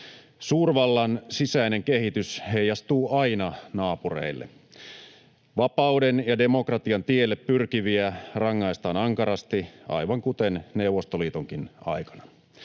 Suurvallan sisäinen kehitys heijastuu aina naapureille. Vapauden ja demokratian tielle pyrkiviä rangaistaan ankarasti, aivan kuten Neuvostoliitonkin aikana.